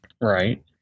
Right